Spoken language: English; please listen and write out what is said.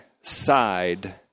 side